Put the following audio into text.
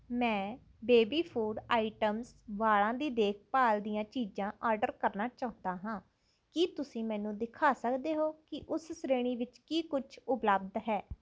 ਮੈਂ baby food items ਵਾਲਾਂ ਦੀ ਦੇਖਭਾਲ ਦੀਆਂ ਚੀਜ਼ਾਂ ਆਰਡਰ ਕਰਨਾ ਚਾਹੁੰਦਾ ਹਾਂ ਕੀ ਤੁਸੀਂ ਮੈਨੂੰ ਦਿਖਾ ਸਕਦੇ ਹੋ ਕਿ ਉਸ ਸ਼੍ਰੇਣੀ ਵਿੱਚ ਕੀ ਕੁਛ ਉਪਲੱਬਧ ਹੈ